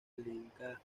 lenca